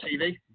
TV